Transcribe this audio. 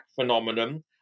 phenomenon